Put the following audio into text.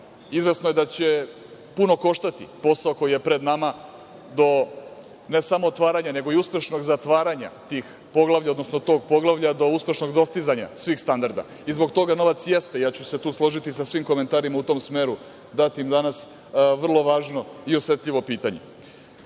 Izvesno je da će puno koštati posao koji je pred nama do ne samo otvaranja, nego i uspešnog zatvaranja tih poglavlja, odnosno tog poglavlja, do uspešnog dostizanja svih standarda. Zbog toga novac jeste, ja ću se tu složiti sa svim komentarima u tom smeru datim danas, vrlo važno i osetljivo